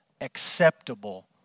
acceptable